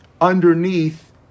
underneath